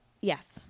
yes